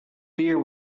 beer